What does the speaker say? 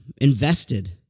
invested